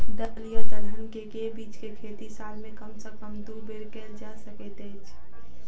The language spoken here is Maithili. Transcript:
दल या दलहन केँ के बीज केँ खेती साल मे कम सँ कम दु बेर कैल जाय सकैत अछि?